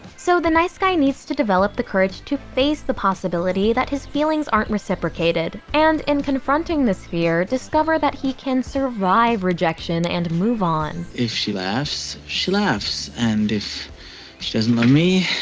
so the nice guy needs to develop the courage to face the possibility that his feelings aren't reciprocated and in confronting this fear, discover that he can survive rejection and move on. if she laughs, she laughs. and if she doesn't love me,